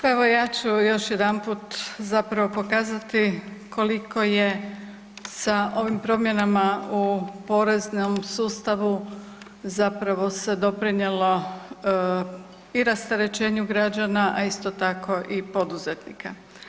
Evo ja ću još jedanput zapravo pokazati koliko je sa ovim promjenama u poreznom sustavu zapravo se doprinijelo i rasterećenju građana, a isto tako i poduzetnika.